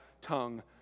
tongue